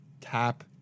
tap